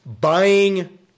buying